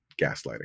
gaslighting